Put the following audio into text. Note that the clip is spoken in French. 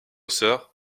sœur